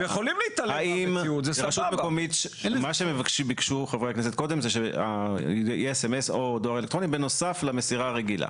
חברי הכנסת ביקשו קודם שיהיה סמס או דואר אלקטרוני בנוסף למסירה הרגילה.